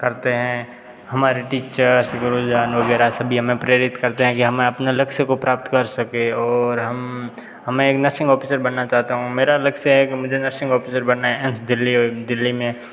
करते हैं हमारे टीचर्स गुरुजन वगैरह सभी हमें प्रेरित करते हैं कि हमें अपने लक्ष्य को प्राप्त कर सके और हम हमें एक नर्सिंग ऑफिसर बनना चाहता हूँ मेरा लक्ष्य है कि मुझे नर्सिंग ऑफिसर बनना है एम्स दिल्ली दिल्ली में